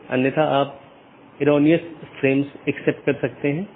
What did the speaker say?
तो AS1 में विन्यास के लिए बाहरी 1 या 2 प्रकार की चीजें और दो बाहरी साथी हो सकते हैं